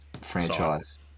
franchise